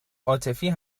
عاطفی